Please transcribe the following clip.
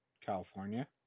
California